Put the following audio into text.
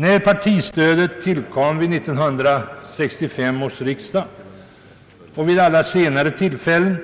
När partistödet tillkom genom beslut vid 1965 års riksdag och vid alla senare tillfällen